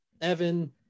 Evan